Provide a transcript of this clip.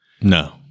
No